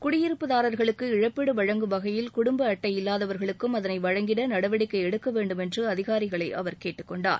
குடியிருப்புதாரா்களுக்கு இழப்பீடு வழங்கும் வகையில் குடும்ப அட்டை இல்லாதவா்களுக்கும் அதனை வழங்கிட நடவடிக்கை எடுக்க வேண்டும் என்று அதிகாரிகளை அவர் கேட்டுக்கொண்டார்